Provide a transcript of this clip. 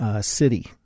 City